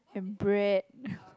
and bread